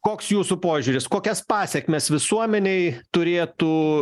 koks jūsų požiūris kokias pasekmes visuomenei turėtų